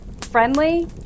friendly